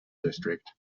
district